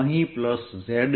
અહીં plus Z છે